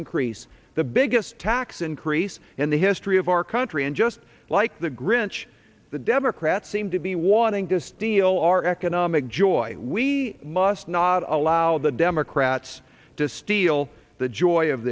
increase the biggest tax increase in the history of our country and just like the grinch the democrats seem to be wanting to steal our economic joy we must not allow the democrats to steal the joy of